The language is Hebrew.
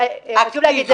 לא רטרואקטיבית.